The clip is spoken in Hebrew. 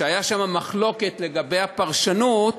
שהייתה שם מחלוקת לגבי הפרשנות,